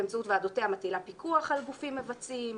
באמצעות ועדותיה מטילה פיקוח על גופים מבצעים,